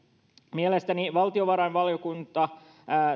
mielestäni valtiovarainvaliokunta